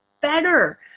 better